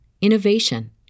innovation